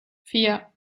vier